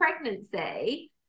pregnancy